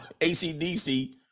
ACDC